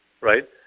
right